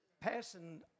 passing